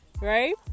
Right